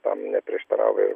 tam neprieštarauja ir